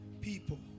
People